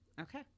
okay